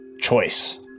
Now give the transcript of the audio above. choice